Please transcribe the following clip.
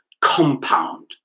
compound